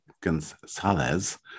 Gonzalez